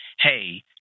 hey